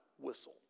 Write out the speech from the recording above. whistle